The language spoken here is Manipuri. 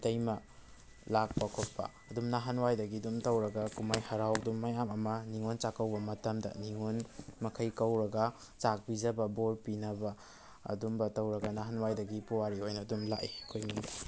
ꯏꯇꯩꯃ ꯂꯥꯛꯄ ꯈꯣꯠꯄ ꯑꯗꯨꯝ ꯅꯍꯥꯟꯋꯥꯏꯗꯒꯤ ꯑꯗꯨꯝ ꯇꯧꯔꯒ ꯀꯨꯝꯍꯩ ꯍꯥꯔꯥꯎꯗꯨ ꯃꯌꯥꯝ ꯑꯃ ꯅꯤꯉꯣꯟ ꯆꯥꯛꯀꯧꯕ ꯃꯇꯝꯗ ꯅꯤꯉꯣꯟ ꯃꯈꯩ ꯀꯧꯔꯒ ꯆꯥꯛ ꯄꯤꯖꯕ ꯕꯣꯔ ꯄꯤꯅꯕ ꯑꯗꯨꯝꯕ ꯇꯧꯔꯒ ꯅꯥꯍꯥꯟꯋꯥꯏꯗꯒꯤ ꯄꯨꯋꯥꯔꯤ ꯑꯣꯏꯅ ꯑꯗꯨꯝ ꯂꯥꯛꯏ ꯑꯩꯈꯣꯏ ꯏꯃꯨꯡꯗ